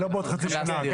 לא בעוד חצי שנה.